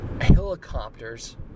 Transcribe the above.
helicopters